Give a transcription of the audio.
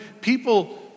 people